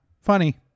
funny